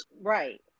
Right